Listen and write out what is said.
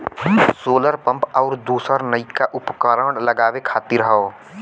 solar pump आउर दूसर नइका उपकरण लगावे खातिर हौ